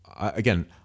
again